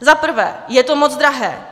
Za prvé je to moc drahé.